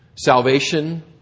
salvation